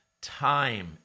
time